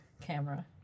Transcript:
camera